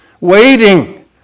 waiting